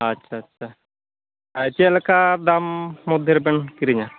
ᱟᱪᱷᱟ ᱟᱪᱷᱟ ᱪᱮᱫ ᱞᱮᱠᱟ ᱫᱟᱢ ᱢᱚᱫᱽᱫᱷᱮ ᱨᱮᱵᱮᱱ ᱠᱤᱨᱤᱧᱟ